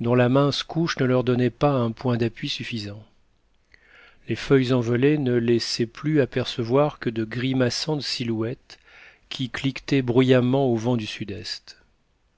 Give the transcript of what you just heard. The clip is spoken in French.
dont la mince couche ne leur donnait pas un point d'appui suffisant les feuilles envolées ne laissaient plus apercevoir que de grimaçantes silhouettes qui cliquetaient bruyamment au vent du sud-est